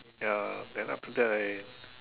ya then after that I